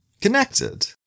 connected